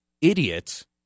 idiots